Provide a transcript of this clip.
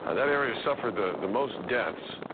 ah that area suffered the the most deaths.